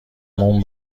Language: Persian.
اون